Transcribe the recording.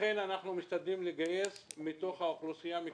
לכן אנחנו משתדלים לגייס מתוך האוכלוסייה המקומית.